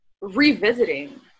revisiting